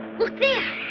look there.